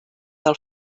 del